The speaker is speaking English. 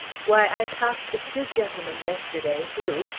why, i talked to two gentlemen yesterday who,